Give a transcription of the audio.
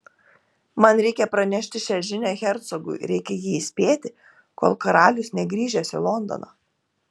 man reikia pranešti šią žinią hercogui reikia jį įspėti kol karalius negrįžęs į londoną